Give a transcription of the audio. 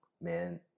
man